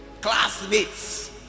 classmates